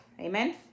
amen